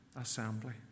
assembly